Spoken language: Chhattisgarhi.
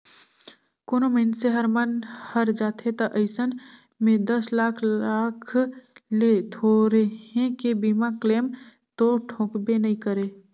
कोनो मइनसे हर मन हर जाथे त अइसन में दस लाख लाख ले थोरहें के बीमा क्लेम तो ठोकबे नई करे